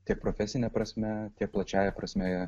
tiek profesine prasme tiek plačiąja prasme